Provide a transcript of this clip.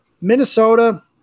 Minnesota